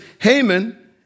Haman